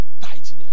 Tight